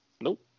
nope